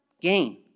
Gain